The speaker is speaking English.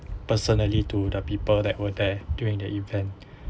personally to the people that were there during the event